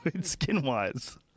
Skin-wise